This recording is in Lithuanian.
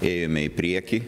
ėjome į priekį